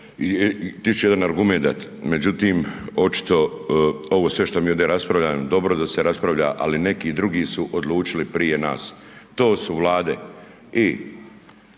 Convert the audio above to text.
i jedan argument dati. Međutim, očito ovo sve što mi ovdje raspravljamo je dobro da se raspravlja ali neki drugi su odlučili prije nas, to su Vlade